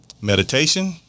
Meditation